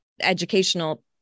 educational